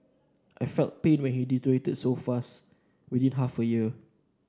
I felt pain when he deteriorated so fast within half a year